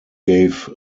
gave